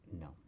No